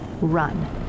Run